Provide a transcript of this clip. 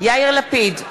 יאיר לפיד,